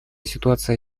ситуация